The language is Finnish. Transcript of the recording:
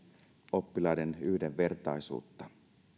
oppilaiden yhdenvertaisuutta